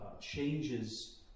changes